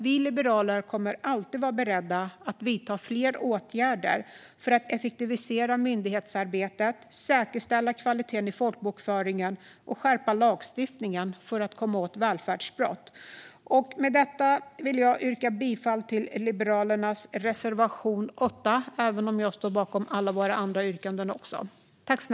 Vi liberaler kommer alltid att vara beredda att vidta fler åtgärder för att effektivisera myndighetsarbetet, säkerställa kvaliteten i folkbokföringen och skärpa lagstiftningen för att komma åt välfärdsbrott. Med detta vill jag yrka bifall till Liberalernas reservation 8, även om jag också står bakom alla våra andra yrkanden.